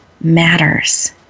matters